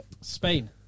Spain